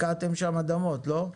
הפקעתם שם אדמות, לא?